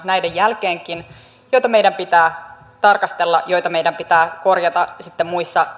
näiden jälkeenkin merkittäviä ongelmia joita meidän pitää tarkastella joita meidän pitää korjata sitten muissa